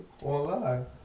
online